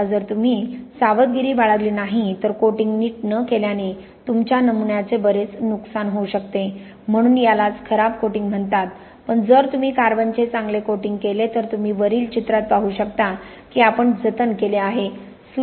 आता जर तुम्ही सावधगिरी बाळगली नाही तर कोटिंग नीट न केल्याने तुमच्या नमुन्याचे बरेच नुकसान होऊ शकते म्हणून यालाच खराब कोटिंग म्हणतात पण जर तुम्ही कार्बनचे चांगले कोटिंग केले तर तुम्ही वरील चित्रात पाहू शकता की आपण जतन केले आहे